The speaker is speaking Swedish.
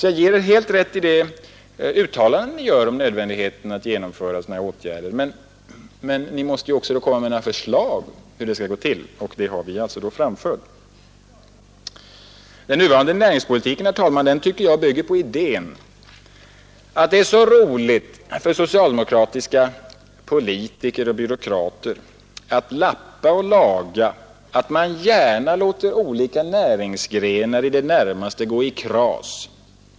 Jag ger er helt rätt i det uttalande ni gör om nödvändigheten av att genomföra sådana här åtgärder, men ni måste då också komma med några förslag om hur det skall gå till. Sådana förslag har alltså vi framfört. Den nuvarande näringspolitiken bygger, tycker jag, på idén att det är så roligt för socialdemokratiska politiker och byråkrater att lappa och laga att man gärna låter olika näringsgrenar i det närmaste gå i kras.